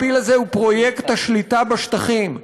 הפיל הזה הוא פרויקט השליטה בשטחים,